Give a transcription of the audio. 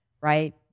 right